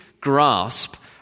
grasp